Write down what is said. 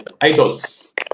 idols